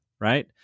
right